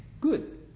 good